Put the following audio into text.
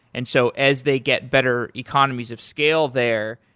and so as they get better economies of scale there,